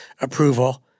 approval